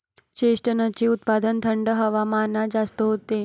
चेस्टनटचे उत्पादन थंड हवामानात जास्त होते